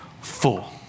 full